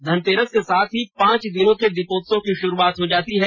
धनतेरस के साथ ही पांच दिन के दीपोत्सव की शुरूआत हो जाती है